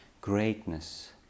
greatness